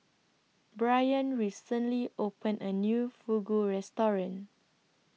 Brianne recently opened A New Fugu Restaurant